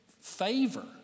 favor